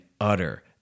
utter